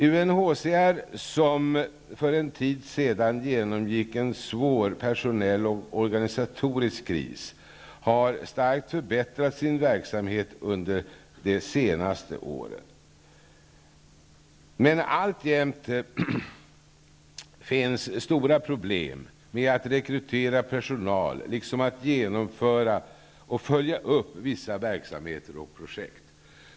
UNHCR, som för en tid sedan genomgick en svår personell och organisatorisk kris, har starkt förbättrat sin verksamhet under de senaste åren. Men det finns alltjämnt stora problem med att rekrytera personal liksom med att genomföra och följa upp vissa verksamheter och projekt.